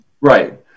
Right